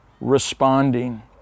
responding